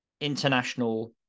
international